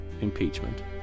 impeachment